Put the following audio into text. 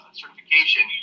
certification